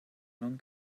non